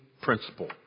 principle